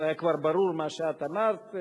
והיה כבר ברור מה שאת אמרת,